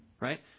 Right